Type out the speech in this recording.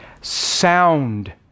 Sound